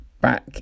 Back